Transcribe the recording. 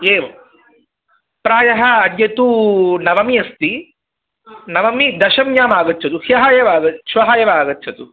एवं प्रायः अद्य तु नवमी अस्ति नवमी दशम्याम् आगच्छतु ह्यः एव आगछ् श्वः एव आगच्छतु